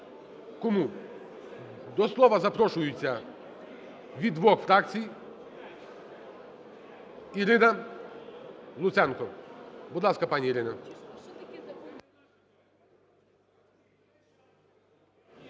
кому… До слова запрошується від двох фракцій Ірина Луценко. Будь ласка, пані Ірино.